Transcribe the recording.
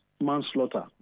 manslaughter